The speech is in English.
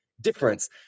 difference